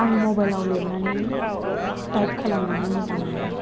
आं मबाइलाव लिरनानै टाइप खालामनानै मोजां मोनो